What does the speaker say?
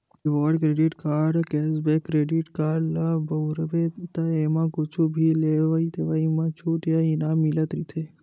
reward credit card, cashback credit card ल बउरबे त एमा कुछु भी लेवइ देवइ म छूट या इनाम मिलत रहिथे